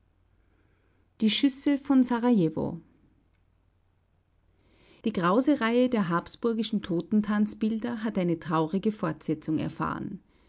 die schüsse von serajewo die grause reihe der habsburgischen totentanzbilder hat eine traurige fortsetzung erfahren